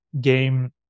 game